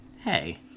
Hey